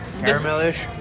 caramelish